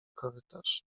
korytarz